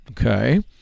okay